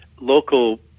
local